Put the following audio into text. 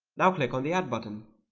now click on the add button